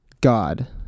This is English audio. God